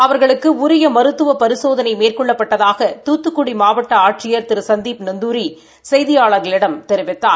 அவாக்குக்கு உரிய மருத்துவ பரிசோதனை மேற்கொள்ளப்பட்டதாக துத்துக்குடி மாவட்ட ஆட்சியர் திரு சந்தீப் நந்தூரி செய்தியாளர்களிடம் தெரிவித்தார்